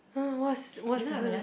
what's what's her